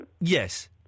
Yes